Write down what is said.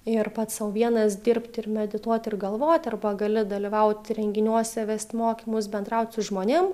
ir pats sau vienas dirbt ir medituot ir galvot arba gali dalyvaut renginiuose vest mokymus bendraut su žmonėm